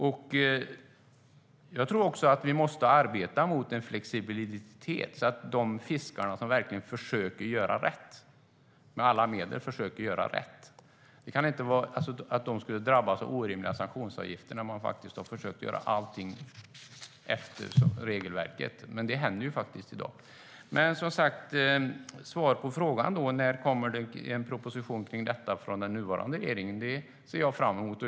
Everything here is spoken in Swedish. Vi måste arbeta för att det ska bli en flexibilitet för att de fiskare som med alla medel verkligen försöker att göra rätt enligt regelverket inte ska drabbas av orimliga sanktionsavgifter, men det händer faktiskt i dag. Som sagt skulle jag vilja ha svar på frågan när det kommer en proposition från den nuvarande regeringen. Det ser jag fram emot.